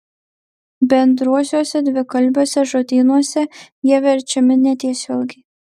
bendruosiuose dvikalbiuose žodynuose jie verčiami netiesiogiai